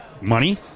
Money